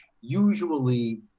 usually